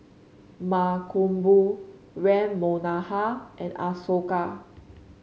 Mankombu Ram Manohar and Ashoka